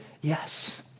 yes